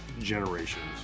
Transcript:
generations